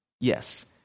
Yes